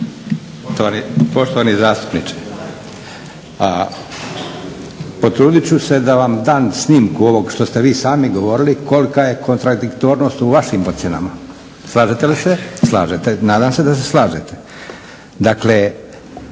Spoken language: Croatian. Poštovani zastupniče, potrudit ću se da vam dam snimku ovog što ste vi sami govorili kolika je kontradiktornost u vašim ocjenama. Slažete li ste? Slažete, nadam se da se slažete.